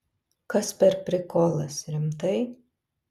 kas per prikolas rimtai